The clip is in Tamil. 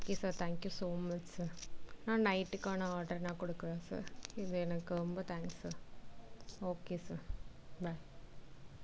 okay sir thank you so much sir நான் நைட்டுக்கான ஆர்டரை நான் கொடுக்குறேன் சார் இது எனக்கு ரொம்ப thanks sir okay sir by